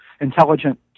intelligent